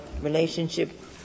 relationship